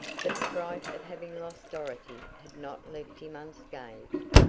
but the fright of having lost dorothy had not left him unscathed.